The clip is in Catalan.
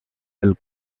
del